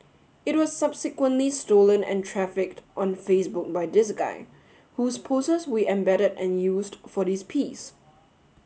it was subsequently stolen and trafficked on Facebook by this guy whose poses we embedded and used for this piece